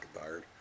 tired